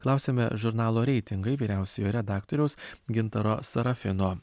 klausiame žurnalo reitingai vyriausiojo redaktoriaus gintaro sarafino